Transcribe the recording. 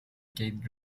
keith